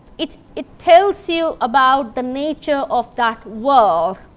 it it tells you about the nature of that world.